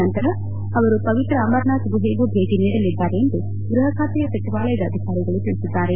ನಂತರ ಅವರು ಪವಿತ್ರ ಅಮರಾನಾಥ ಗುಹೆಗೂ ಭೇಟ ನೀಡಲಿದ್ದಾರೆ ಎಂದು ಗ್ಲಪ ಖಾತೆ ಸಚಿವಾಲಯದ ಅಧಿಕಾರಿಗಳು ತಿಳಿಸಿದ್ದಾರೆ